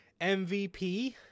MVP